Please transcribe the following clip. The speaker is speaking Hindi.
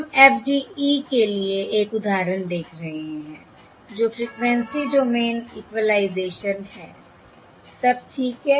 हम FDE के लिए एक उदाहरण देख रहे हैं जो फ्रीक्वेंसी डोमेन इक्विलाइज़ेशन है सब ठीक है